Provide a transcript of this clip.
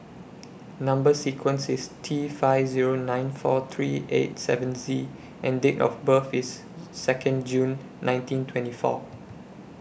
Number sequence IS T five Zero nine four three eight seven Z and Date of birth IS Second June nineteen twenty four